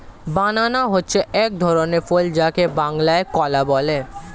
banana হচ্ছে এক ধরনের ফল যাকে বাংলায় কলা বলে